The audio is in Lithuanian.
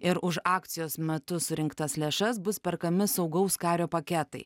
ir už akcijos metu surinktas lėšas bus perkami saugaus kario paketai